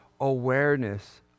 awareness